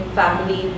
family